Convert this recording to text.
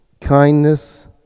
kindness